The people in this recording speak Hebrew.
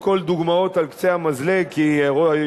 הכול דוגמאות על קצה המזלג כי היושב-ראש,